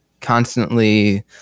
constantly